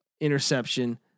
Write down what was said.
interception